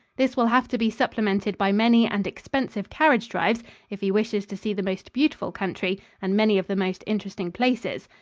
this will have to be supplemented by many and expensive carriage drives if he wishes to see the most beautiful country and many of the most interesting places.